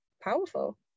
powerful